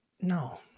No